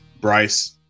Bryce